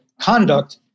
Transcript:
conduct